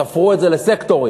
תפרו את זה לסקטורים,